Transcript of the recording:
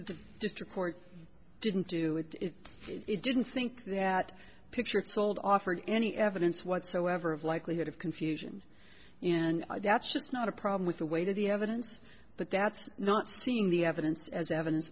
court didn't do with it it didn't think that picture it sold offered any evidence whatsoever of likelihood of confusion and that's just not a problem with the weight of the evidence but that's not seeing the evidence as evidence